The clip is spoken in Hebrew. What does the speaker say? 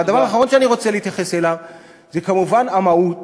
והדבר האחרון שאני רוצה להתייחס אליו זה כמובן המהות